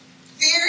Fear